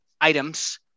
items